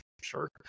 sure